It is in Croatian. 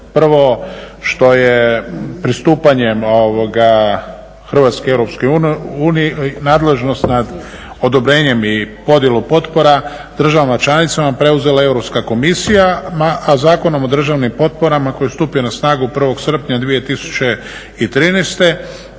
prvo što je pristupanjem Hrvatske EU nadležnost nad odobrenjem i podjelu potpora državama članicama preuzela Europska komisija, a Zakonom o državnim potporama koji je stupio na snagu 1. srpnja 2013.